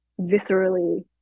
viscerally